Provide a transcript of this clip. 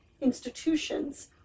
institutions